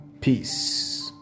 peace